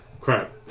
crap